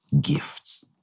gifts